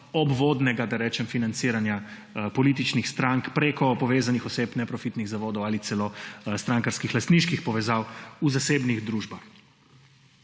obvodnega, da rečem, financiranja političnih strank preko povezanih oseb, neprofitnih zavodov ali celo strankarskih lastniških povezav v zasebnih družbah.